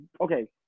okay